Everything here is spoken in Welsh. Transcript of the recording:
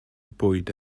bwyd